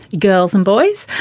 girls and boys,